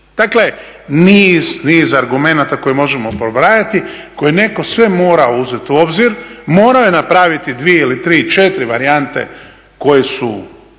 Dakle, niz, niz argumenata koje možemo pobrajati, koje netko sve mora uzeti u obzir, morao je napraviti dvije ili tri, četiri varijante koje su